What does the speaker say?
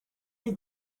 you